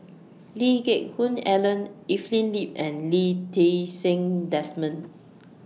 Lee Geck Hoon Ellen Evelyn Lip and Lee Ti Seng Desmond